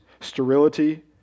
sterility